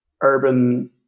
urban